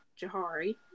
Jahari